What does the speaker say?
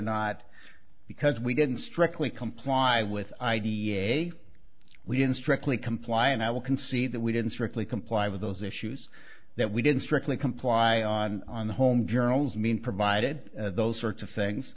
not because we didn't strictly comply with i d e a we in strictly comply and i will concede that we didn't strictly comply with those issues that we didn't strictly comply on on the home journals mean provided those sorts of things